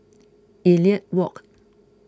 Elliot Walk